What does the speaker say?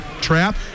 trap